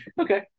Okay